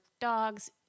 dogs